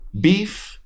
Beef